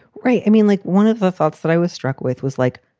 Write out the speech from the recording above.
right. i mean, like one of the thoughts that i was struck with was like,